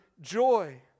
joy